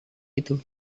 itu